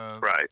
Right